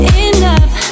enough